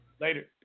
Later